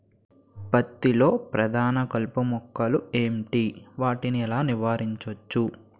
పత్తి లో ప్రధాన కలుపు మొక్కలు ఎంటి? వాటిని ఎలా నీవారించచ్చు?